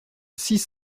six